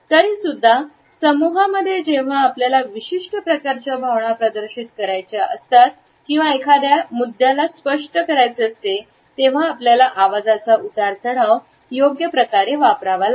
तरीसुद्धा समूहामध्ये जेव्हा आपल्याला विशिष्ट प्रकारच्या भावना प्रदर्शित करण्याचा किंवा एखाद्या मुद्द्याला स्पष्ट करायचे असते तेव्हा आपल्याला आवाजाचा उतार चढाव योग्यप्रकारे वापरावा लागतो